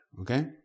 Okay